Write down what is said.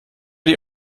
die